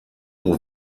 pour